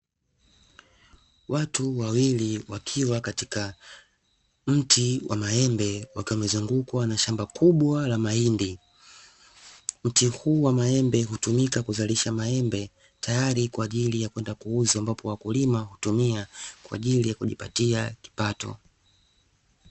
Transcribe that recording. Watu wawili wakiwa katika mti wa maembe, wakiwa wamezungukwa na shamba kubwa la mahindi , mti huu wa maembe hutumika kuzalisha maembe tayari kwa ajili ya kwenda kuuza ambapo wakulima hutumia kwa ajili ya kujipatia kipato.